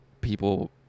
people